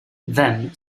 them